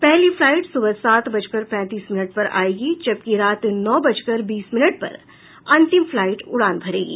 पहली फ्लाइट सुबह सात बजकर पैंतीस मिनट पर आयेगी जबकि रात नौ बजकर बीस मिनट पर अंतिम फ्लाइट उड़ान भरेगी